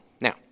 Now